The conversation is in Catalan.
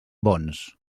bons